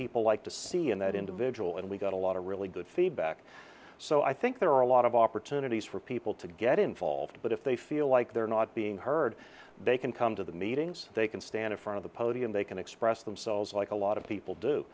people like to see in that individual and we got a lot of really good feedback so i think there are a lot of opportunities for people to get involved but if they feel like they're not being heard they can come to the meetings they can stand in front of the podium they can express themselves like a lot of people do